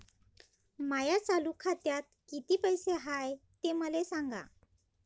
माया चालू खात्यात किती पैसे हाय ते मले सांगा